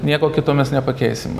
nieko kito mes nepakeisim